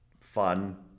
fun